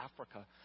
Africa